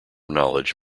knowledge